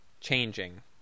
changing